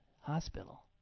hospital